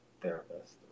therapist